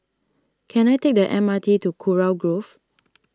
can I take the M R T to Kurau Grove